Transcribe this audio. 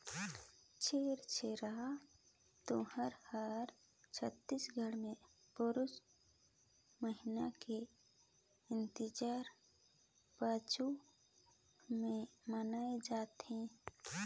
छेरछेरा तिहार हर छत्तीसगढ़ मे पुस महिना के इंजोरी पक्छ मे मनाए जथे